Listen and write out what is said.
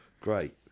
Great